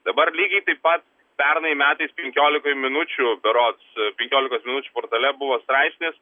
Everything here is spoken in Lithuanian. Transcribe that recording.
dabar lygiai taip pat pernai metais penkiolikoj minučių berods penkiolikos minučių portale buvo straipsnis